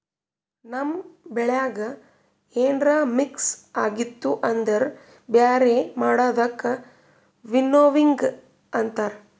ನಮ್ ಬೆಳ್ಯಾಗ ಏನ್ರ ಮಿಕ್ಸ್ ಆಗಿತ್ತು ಅಂದುರ್ ಬ್ಯಾರೆ ಮಾಡದಕ್ ವಿನ್ನೋವಿಂಗ್ ಅಂತಾರ್